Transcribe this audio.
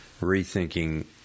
rethinking